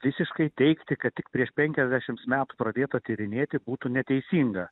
visiškai teigti kad tik prieš penkiasdešimts metų pradėta tyrinėti būtų neteisinga